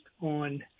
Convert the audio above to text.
on